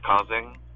causing